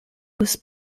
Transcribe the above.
was